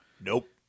Nope